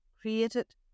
created